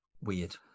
weird